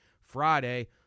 Friday